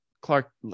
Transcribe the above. Clark